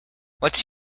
what’s